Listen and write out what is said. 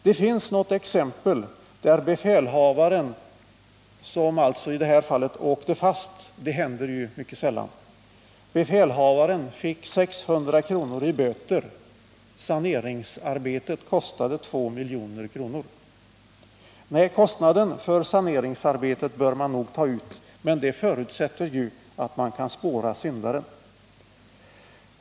Det finns något exempel där befälhavaren, som alltså i det här fallet åkte fast — det händer ju mycket sällan — fick 600 kr. i böter, medan saneringsarbetet kostade 2 milj.kr. Nej, kostnaden för saneringen bör man nog ta ut, men det förutsätter att man kan spåra syndaren.